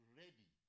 ready